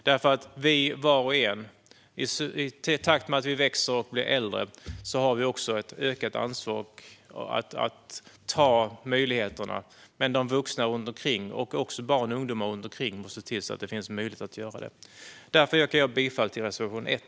Vi har var och en, i takt med att vi växer och blir äldre, ett ökat ansvar för att ta möjligheterna. Men de vuxna, och även barn och ungdomar, runt omkring måste också se till att det finns möjligheter att göra detta. Herr talman! Därför yrkar jag som sagt bifall till reservation 1.